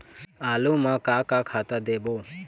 आलू म का का खातू देबो?